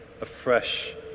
afresh